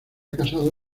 casado